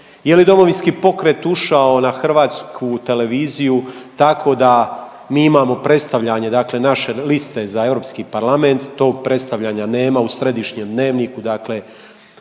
je li Domovinski pokret ušao na hrvatsku televiziju tako da mi imamo predstavljanje dakle naše liste za Europski parlament tog predstavljanja nema u središnjem dnevniku, dakle